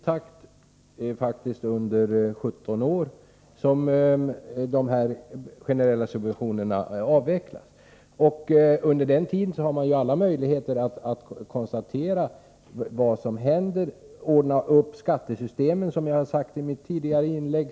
Det tar faktiskt 17 år att avveckla de generella subventionerna, och under den tiden har man ju alla möjligheter att se vad som händer och att ordna upp skattesystemet, som jag talade om i mitt tidigare inlägg.